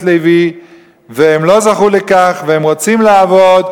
לוי והם לא זכו לכך והם רוצים לעבוד,